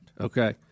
okay